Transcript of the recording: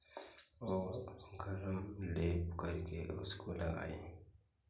वो गरम लेप करके उसको लगाएँ